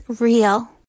real